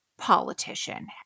politician